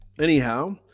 Anyhow